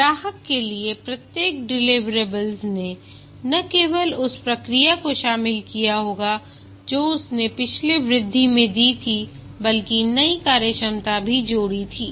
ग्राहक के लिए प्रत्येक डिलिवरेबल्स ने न केवल उस प्रतिक्रिया को शामिल किया होगा जो उसने पिछली वृद्धि में दी थी बल्कि नई कार्यक्षमता भी जोड़ी थी